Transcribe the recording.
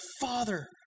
Father